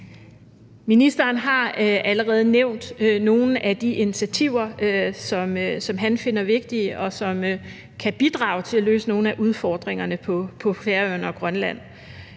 Ministeren har allerede nævnt nogle af de initiativer, som han finder vigtige, og som kan bidrage til at løse nogle af udfordringerne på Færøerne og i Grønland.